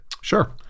Sure